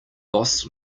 boss